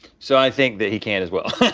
so i think that he can as well.